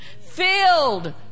filled